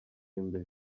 imbere